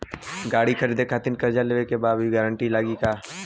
गाड़ी खरीदे खातिर कर्जा लेवे ला भी गारंटी लागी का?